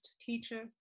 teacher